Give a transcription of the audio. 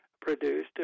produced